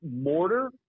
mortar